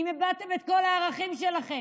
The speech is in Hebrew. אם איבדתן את כל הערכים שלכן?